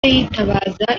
yitabaza